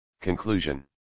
Conclusion